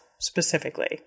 specifically